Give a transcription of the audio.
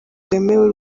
rwemewe